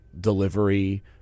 delivery